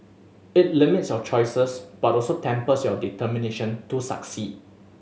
it limits your choices but also tempers your determination to succeed